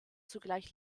zugleich